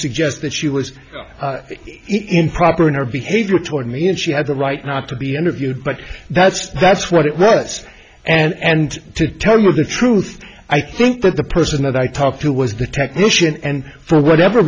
suggest that she was improper in her behavior toward me and she had a right not to be interviewed but that's that's what it was and to tell you the truth i think that the person that i talked to was the technician and for whatever